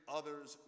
others